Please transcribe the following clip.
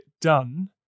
done